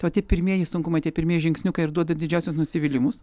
pati pirmieji sunkumai tie pirmieji žingsniukai ir duoda didžiausius nusivylimus